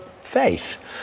faith